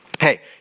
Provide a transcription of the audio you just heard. Hey